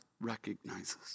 recognizes